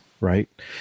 right